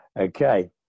Okay